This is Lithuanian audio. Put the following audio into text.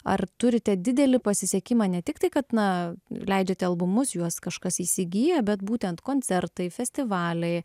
ar turite didelį pasisekimą ne tik tai kad na leidžiate albumus juos kažkas įsigyja bet būtent koncertai festivaliai